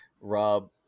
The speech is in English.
Rob